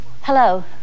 Hello